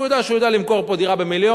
הוא יודע שהוא יכול למכור פה דירה במיליון?